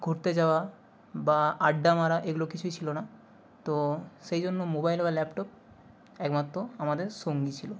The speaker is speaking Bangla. ঘুরতে যাওয়া বা আড্ডা মারা এগুলো কিছুই ছিলো না তো সেই জন্য মোবাইল বা ল্যাপটপ একমাত্র আমাদের সঙ্গী ছিলো